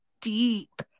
deep